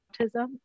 autism